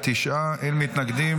תשעה, אין מתנגדים.